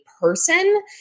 person